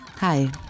Hi